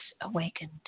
awakened